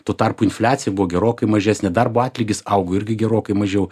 tuo tarpu infliacija buvo gerokai mažesnė darbo atlygis augo irgi gerokai mažiau